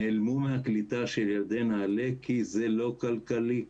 נעלמו מהקליטה של ילדי נעל"ה כי זה לא כלכלי.